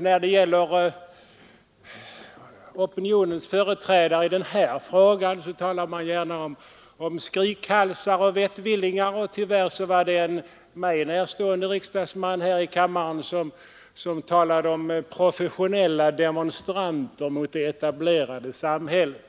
När det gäller opinionens företrädare i den här frågan talar man gärna om ”skrikhalsar” och ”vettvillingar”. Tyvärr var det en mig närstående riksdagsman här i kammaren som talade om professionella demonstranter mot det etablerade samhället.